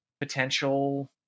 potential